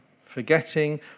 forgetting